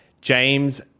James